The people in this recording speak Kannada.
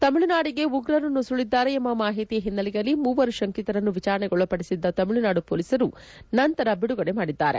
ತಮಿಳುನಾಡಿಗೆ ಉಗ್ರರು ನುಸುಳಿದ್ದಾರೆ ಎಂಬ ಮಾಹಿತಿಯ ಹಿನ್ನೆಲೆಯಲ್ಲಿ ಮೂವರು ಶಂಕಿತರನ್ನು ವಿಚಾರಣೆಗೊಳಪಡಿಸಿದ್ದ ತಮಿಳುನಾಡು ಮೊಲೀಸರು ನಂತರ ಬಿಡುಗಡೆ ಮಾಡಿದ್ದಾರೆ